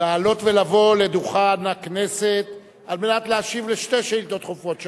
לעלות ולבוא לדוכן הכנסת על מנת להשיב על שתי שאילתות דחופות,